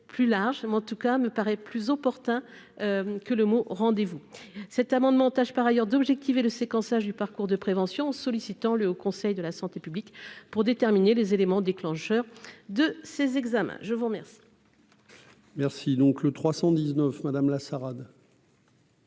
plus large, mais en tout cas, me paraît plus opportun que le mot rendez-vous cette amende montage par ailleurs d'objectiver le séquençage du parcours de prévention en sollicitant le Haut Conseil de la santé publique, pour déterminer les éléments déclencheurs de ces examens, je vous remercie. Merci donc le 319 madame la Sarah.